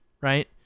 right